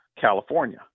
California